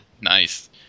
Nice